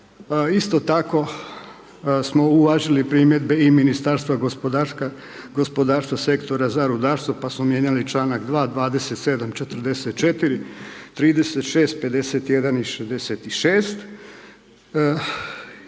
Isto tako smo uvažili i primjedbe i Ministarstva gospodarstva, Sektora za rudarstvo pa smo mijenjali članak 2., 27., 44., 36., 51. i 66.